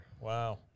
wow